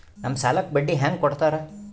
ನಮ್ ಸಾಲಕ್ ಬಡ್ಡಿ ಹ್ಯಾಂಗ ಕೊಡ್ತಾರ?